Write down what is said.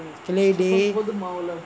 keledek